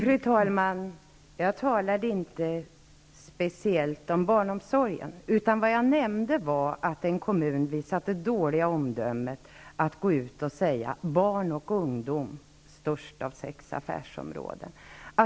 Fru talman! Jag talade inte speciellt om barnomsorgen. Jag nämnde bara att en kommun visat det dåliga omdömet att gå ut och säga: Barn och ungdom -- störst av sex affärsområden.